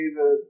David